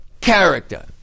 Character